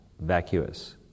vacuous